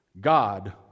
God